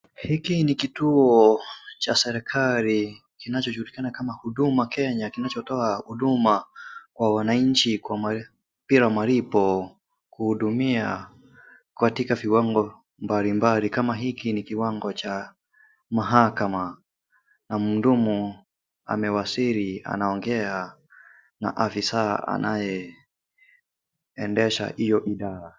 Hiki ni kituo cha serekali kinachojulikana kama Huduma Kenya, kinachotoa huduma kwa wanainchi, kwa bila malipo, kuhudumia, katika viwango mbali mbali, kama hiki ni kiwango cha, mahakama, na mundumu , amewasiri , anaongea, na afisa anae, endesha iyo idara.